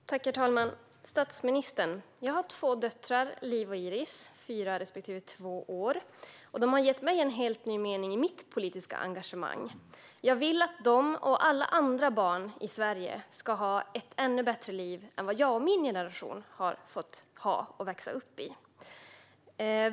Herr talman! Statsministern! Jag har två döttrar, Liv och Iris, fyra respektive två år. De har gett mig en helt ny mening i mitt politiska engagemang. Jag vill att de och alla andra barn i Sverige ska ha ett ännu bättre liv än vad jag och min generation hade när vi växte upp.